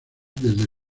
desde